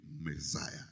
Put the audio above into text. messiah